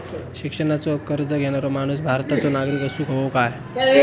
शिक्षणाचो कर्ज घेणारो माणूस भारताचो नागरिक असूक हवो काय?